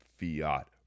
fiat